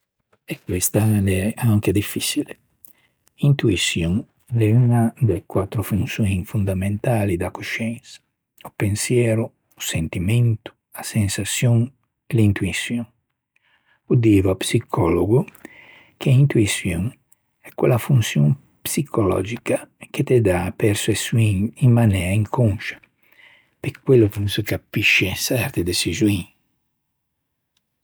E questa a l'é anche diffiçile. Intoiçion a l'é uña de quattro fonçioin fondamentali da cosciensa. O pensiero, o sentimento, a sensaçion, l'intoiçion. O diva o psicologo che intoiçion a l'é quella fonçion psicologica che te dà perçeçioin in mainea incònscia e quello che no se capisce in çerte deçisioin